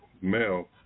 male